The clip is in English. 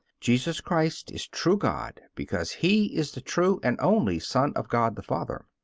jesus christ is true god because he is the true and only son of god the father.